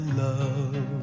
love